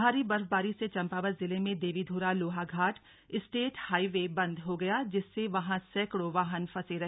भारी बर्फबारी से चंपावत जिले में देवीध्रा लोहाघाट स्टेट हाईवे बंद हो गया जिससे वहां सैकड़ों वाहन फंसे रहे